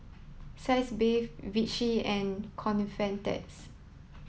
sitz bath Vichy and Convatec